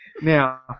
Now